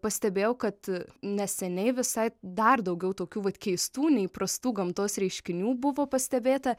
pastebėjau kad neseniai visai dar daugiau tokių vat keistų neįprastų gamtos reiškinių buvo pastebėta